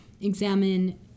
examine